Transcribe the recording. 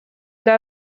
для